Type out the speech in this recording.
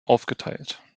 aufgeteilt